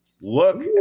Look